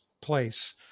place